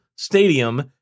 stadium